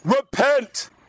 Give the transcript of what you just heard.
repent